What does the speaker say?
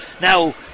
Now